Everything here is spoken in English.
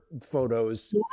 photos